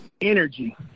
energy